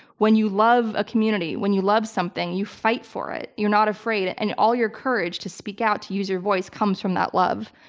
when you love a community, when you love something, you fight for it. you're not afraid and all your courage to speak out to use your voice comes from that love.